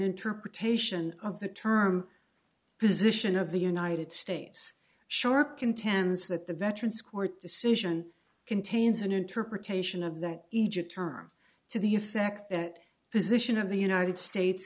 interpretation of the term position of the united states sharp contends that the veterans court decision contains an interpretation of that egypt term to the effect that position of the united states